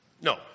No